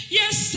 yes